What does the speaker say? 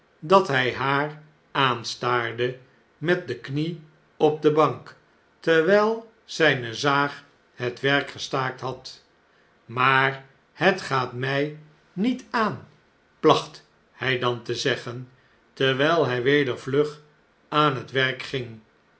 dat hij haar aanstaarde met de knie op de bank terwjjl zjjne zaag het werk gestaakt had maar het gaat mjj niet aan plachthjj dan te zeggen terwijl hij weder vlug aan het werk ging